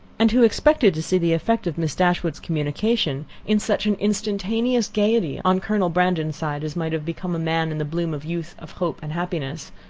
and who expected to see the effect of miss dashwood's communication, in such an instantaneous gaiety on colonel brandon's side, as might have become a man in the bloom of youth, of hope and happiness,